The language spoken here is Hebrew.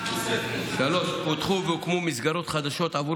3. פותחו והוקמו מסגרות חדשות עבור